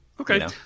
Okay